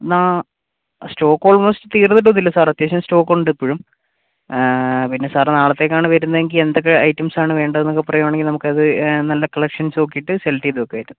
എന്നാൽ stock almost തീർന്നിട്ടൊന്നും ഇല്ല സാറേ അത്യാവശ്യം സ്റ്റോക്ക് ഉണ്ട് ഇപ്പോഴും പിന്നെ സാർ നാളത്തേക്ക് ആണ് വരുന്നതെങ്കിൽ എന്തൊക്കെ ഐറ്റംസ് ആണ് വേണ്ടേതെന്ന് ഒക്കെ പറയുവാണെങ്കിൽ നമുക്ക് അത് നല്ല കളക്ഷൻസ് നോക്കീട്ട് സെലക്ട് ചെയ്ത് വെക്കാട്ടോ